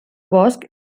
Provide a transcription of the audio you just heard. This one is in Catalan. bosc